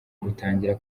butangira